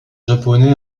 japonais